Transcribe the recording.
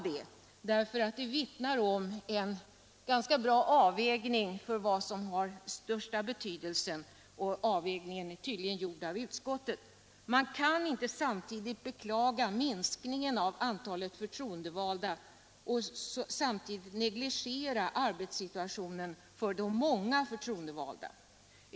Det vittnar ju om en ganska bra avvägning i fråga om vad som har störst betydelse, och den avvägningen är tydligen gjord av utskottet. Man kan inte beklaga minskningen av antalet förtroendevalda och samtidigt negligera arbetssituationen för de många förtroendevalda.